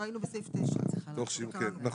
שראינו בתקנה 9. נכון.